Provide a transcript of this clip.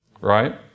Right